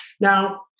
Now